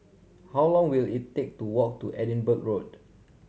how long will it take to walk to Edinburgh Road